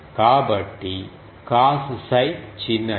కాబట్టి cos 𝜓 చిన్నది